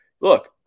look